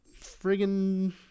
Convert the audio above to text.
friggin